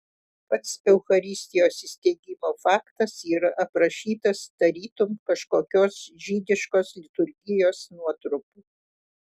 pats eucharistijos įsteigimo faktas yra aprašytas tarytum kažkokios žydiškos liturgijos nuotrupa